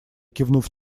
кивнув